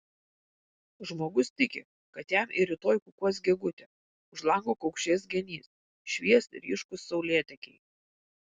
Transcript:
žmogus tiki kad jam ir rytoj kukuos gegutė už lango kaukšės genys švies ryškūs saulėtekiai